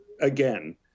again